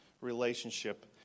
relationship